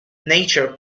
nature